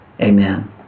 Amen